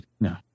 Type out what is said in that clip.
No